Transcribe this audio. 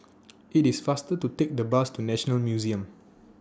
IT IS faster to Take The Bus to National Museum